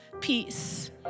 peace